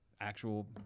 actual